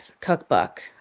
cookbook